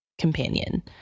companion